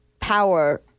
power